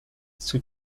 sous